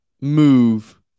move